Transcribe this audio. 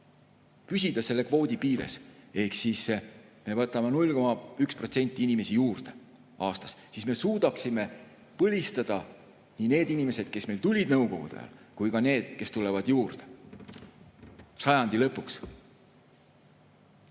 püsida selle kvoodi piires ehk me võtaksime juurde 0,1% aastas, siis me suudaksime põlistada nii need inimesed, kes tulid Nõukogude ajal, kui ka need, kes tulevad juurde, sajandi lõpuks.